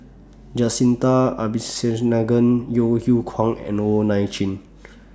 Jacintha Abisheganaden Yeo Yeow Kwang and Wong Nai Chin